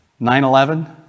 9-11